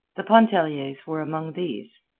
the pontelliers were among these.